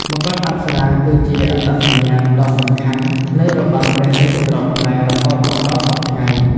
មកុដអប្សរាគឺជាអត្តសញ្ញាណដ៏សំខាន់នៃរបាំព្រះរាជទ្រព្យខ្មែររហូតមកដល់សព្វថ្ងៃ។